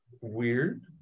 Weird